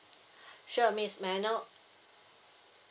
sure miss may I know